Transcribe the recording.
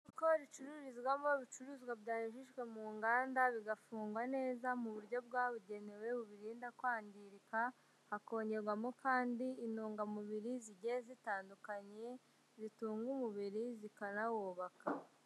Isoko ricururizwamo ibicuruzwa byanyujijwe mu nganda, bigafungwa neza, mu buryo bwabugenewe bubirinda kwangirika, hakongerwamo kandi intungamubiri zigiye zitandukanye, zitunga umubiri zikanawubaka.